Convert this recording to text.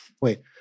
Wait